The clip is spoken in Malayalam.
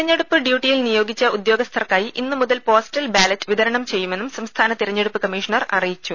തിരഞ്ഞെടുപ്പ് ഡ്യൂട്ടിയിൽ നിയോഗിച്ച ഉദ്യോഗസ്ഥർക്കായി ഇന്നു മുതൽ പോസ്റ്റൽ ബാലറ്റ് വിതരണം ചെയ്യുമെന്നും സംസ്ഥാന തിരഞ്ഞെടുപ്പ് കമ്മീഷണർ അറിയിച്ചു